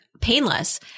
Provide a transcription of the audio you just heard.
painless